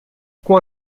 com